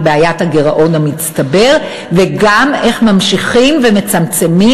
בעיית הגירעון המצטבר וגם איך ממשיכים ומצמצמים,